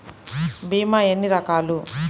భీమ ఎన్ని రకాలు?